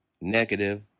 negative